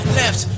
left